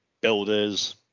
builders